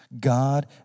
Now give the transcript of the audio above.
God